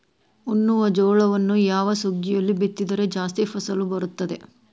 ಉಣ್ಣುವ ಜೋಳವನ್ನು ಯಾವ ಸುಗ್ಗಿಯಲ್ಲಿ ಬಿತ್ತಿದರೆ ಜಾಸ್ತಿ ಫಸಲು ಬರುತ್ತದೆ?